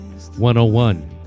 101